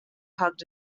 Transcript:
hugged